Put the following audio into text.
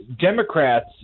Democrats